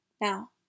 Now